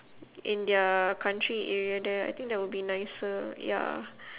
in their country area there I think that would be nicer ya